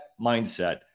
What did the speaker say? mindset